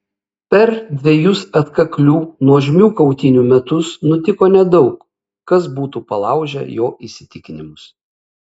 per dvejus atkaklių nuožmių kautynių metus nutiko nedaug kas būtų palaužę jo įsitikinimus